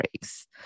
breaks